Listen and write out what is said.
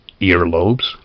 earlobes